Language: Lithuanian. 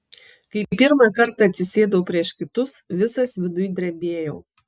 kai pirmą kartą atsisėdau prieš kitus visas viduj drebėjau